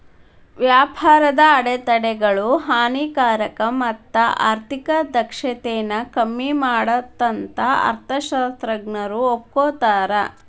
ವ್ಯಾಪಾರದ ಅಡೆತಡೆಗಳು ಹಾನಿಕಾರಕ ಮತ್ತ ಆರ್ಥಿಕ ದಕ್ಷತೆನ ಕಡ್ಮಿ ಮಾಡತ್ತಂತ ಅರ್ಥಶಾಸ್ತ್ರಜ್ಞರು ಒಪ್ಕೋತಾರ